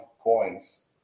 coins